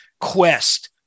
quest